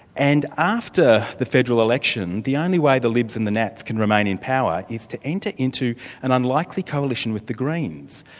and after the federal election the only way the libs and the nats can remain in power is to enter into an unlikely coalition with the greens.